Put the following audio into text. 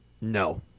No